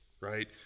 Right